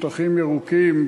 שטחים ירוקים,